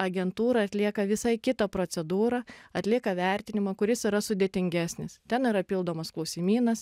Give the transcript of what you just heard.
agentūra atlieka visai kitą procedūrą atlieka vertinimą kuris yra sudėtingesnis ten yra pildomas klausimynas